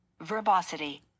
Verbosity